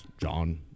John